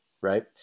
right